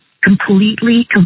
completely